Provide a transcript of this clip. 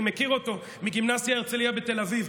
אני מכיר אותו מגימנסיה הרצליה בתל אביב.